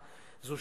זאת